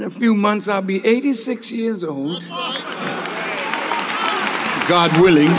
in a few months i'll be eighty six years old god willing